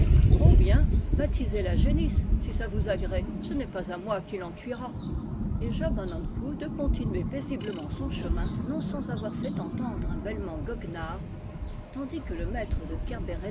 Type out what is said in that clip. oh bien baptisez la génisse si ça vous agrée ce n'est pas à moi qu'il en cuira et job an ankou de continuer paisiblement son chemin non sans avoir fait entendre un bêlement goguenard tandis que le maître de